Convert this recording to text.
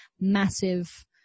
massive